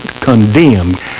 condemned